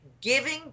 giving